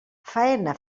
faena